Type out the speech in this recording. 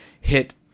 hit